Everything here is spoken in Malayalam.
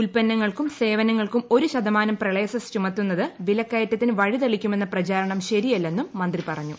ഉൽപ്പന്നങ്ങൾക്കും സേവനങ്ങൾക്കും ഒരു ശതമാനം പ്രളയ സെസ് ചുമത്തുന്നത് വിലക്കയറ്റത്തിന് വഴിതെളിയിക്കുമെന്ന പ്രചാരണം ശരിയല്ലെന്നും മന്ത്രി പറഞ്ഞു